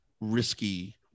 risky